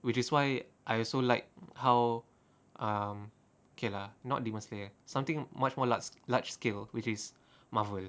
which is why I also like how um okay lah not demon slayer something much more loar~ large scale which is Marvel